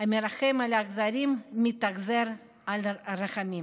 "המרחם על אכזרים, מתאכזר על רחמנים".